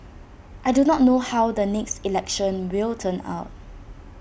I do not know how the next election will turn out